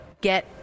get